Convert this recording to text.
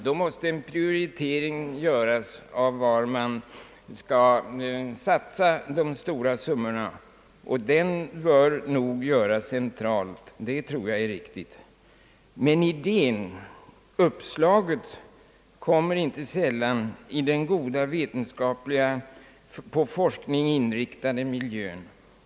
Då måste en prioritering göras beträffande var man skall satsa de stora summorna, och den bör nog göras centralt. Men idén, uppslaget, kommer inte sällan i den goda vetenskapliga, på forskning inriktade miljön.